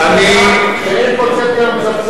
שנתיים הם משקרים פה שמכרנו את הכול וויתרנו על הכול,